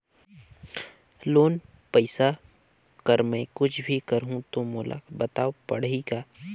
Loan पइसा कर मै कुछ भी करहु तो मोला बताव पड़ही का?